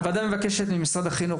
יא׳- הוועדה מבקשת ממשרד החינוך,